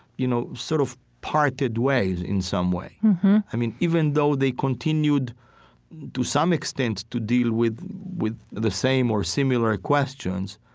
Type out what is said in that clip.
you know, sort of parted ways in some way i mean, even though they continued to some extent to deal with with the same or similar questions,